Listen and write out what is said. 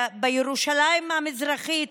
בירושלים המזרחית,